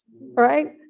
right